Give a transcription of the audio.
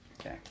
Okay